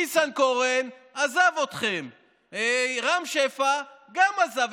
ניסנקורן עזב אתכם, רם שפע גם עזב.